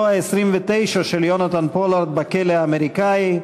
העשרים-ותשע של יונתן פולארד בכלא האמריקני,